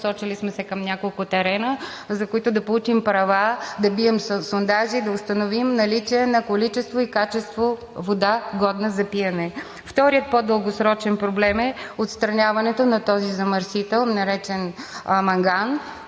Насочили сме се към няколко терена, за които да получим права да бием сондажи и да установим наличие на количество и качество вода, годна за пиене. Вторият по-дългосрочен проблем е отстраняването на този замърсител, наречен манган,